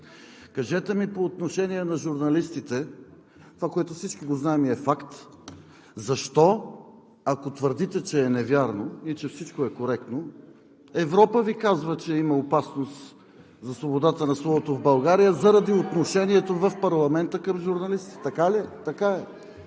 Кажете ми по отношение на журналистите – това, което всички го знаем и е факт, защо, ако твърдите, че е невярно и че всичко е коректно, Европа Ви казва, че има опасност за свободата на словото в България заради отношението към журналистите в парламента.